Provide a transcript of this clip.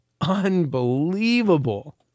unbelievable